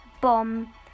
bomb